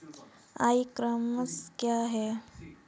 ई commerce क्या है?